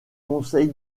conseil